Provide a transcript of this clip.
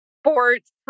sports